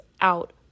out